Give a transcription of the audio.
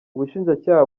ubushinjacyaha